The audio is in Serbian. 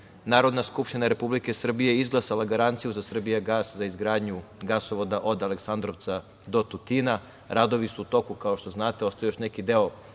Narodna skupština Republike Srbije izglasala je garanciju za „Srbijagas“ za izgradnju gasovoda od Aleksandrovca do Tutina. Radovi su u toku, kao što znate. Ostao je još neki deo